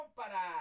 para